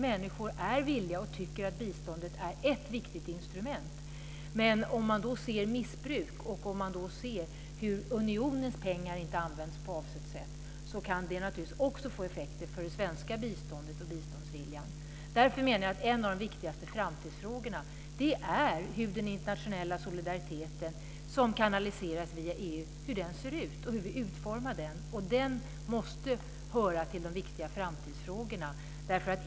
Människor är villiga att hjälpa och tycker att biståndet är ett viktigt instrument. Men om man ser missbruk och hur unionens pengar inte används på avsett sätt kan det också få effekter för det svenska biståndet och biståndsviljan. Därför menar jag att en av de viktigaste framtidsfrågorna är hur den internationella solidariteten som kanaliseras via EU ser ut och hur vi utformar den. Den måste höra till en av de viktiga framtidsfrågorna.